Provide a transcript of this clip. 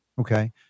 Okay